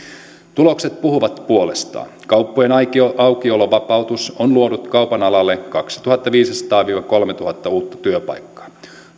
tulokset puhuvat puolestaan kauppojen aukiolon vapautus on luonut kaupan alalle kaksituhattaviisisataa viiva kolmetuhatta uutta työpaikkaa